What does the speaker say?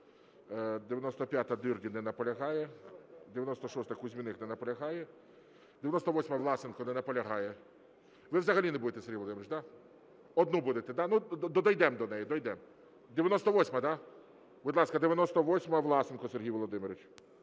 95-а, Дирдін. Не наполягає. 96-а, Кузьміних. Не наполягає. 98-а, Власенко. Не наполягає. Ви взагалі не будете, Сергій Володимирович, да? Одну будете, дійдемо до неї, дійдемо. 98-а? Будь ласка, 98-а, Власенко Сергій Володимирович.